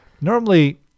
Normally